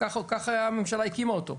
כך הממשלה הקימה אותו.